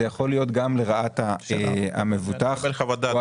זה יכול להיות גם לרעת המבוטח או הפנסיונר.